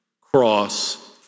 cross